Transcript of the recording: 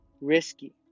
risky